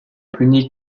puni